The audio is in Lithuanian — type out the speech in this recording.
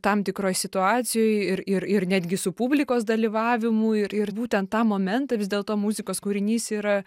tam tikroj situacijoj ir ir ir netgi su publikos dalyvavimu ir ir būtent tą momentą vis dėlto muzikos kūrinys yra